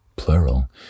Plural